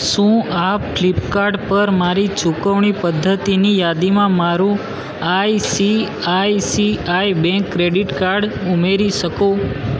શું આપ ફ્લીપકાર્ટ પર મારી ચુકવણી પદ્ધતિની યાદીમાં મારું આઈસીઆઈસીઆઈ બેંક ક્રેડીટ કાર્ડ ઉમેરી શકો